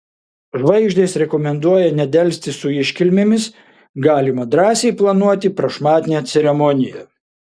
žvaigždės rekomenduoja nedelsti su iškilmėmis galima drąsiai planuoti prašmatnią ceremoniją